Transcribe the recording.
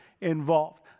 involved